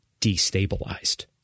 destabilized